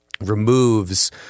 removes –